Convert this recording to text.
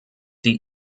die